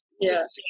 Yes